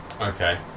Okay